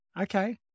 Okay